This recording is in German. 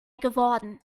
geworden